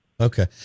Okay